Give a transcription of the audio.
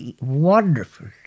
wonderful